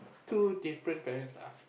two different parents lah